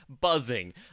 buzzing